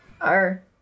Are